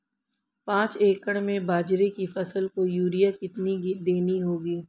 पांच एकड़ में बाजरे की फसल को यूरिया कितनी देनी होगी?